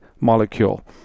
molecule